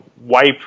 wipe